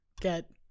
get